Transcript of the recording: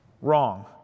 Wrong